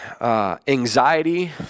Anxiety